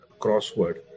crossword